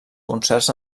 concerts